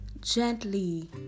gently